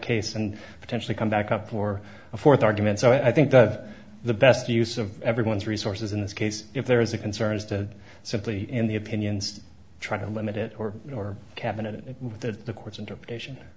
case and potentially come back up for a th argument so i think does the best use of everyone's resources in this case if there is a concern is to simply in the opinions try to limit it or or cabinet in the court's interpretation